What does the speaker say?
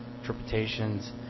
interpretations